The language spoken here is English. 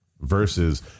Versus